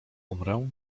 umrę